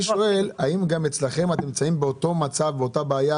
האם גם אצלכם אתם נמצאים באותה בעיה,